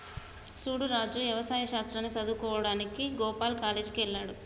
సూడు రాజు యవసాయ శాస్త్రాన్ని సదువువుకోడానికి గోపాల్ కాలేజ్ కి వెళ్త్లాడు